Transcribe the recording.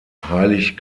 heilig